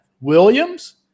Williams